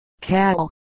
cattle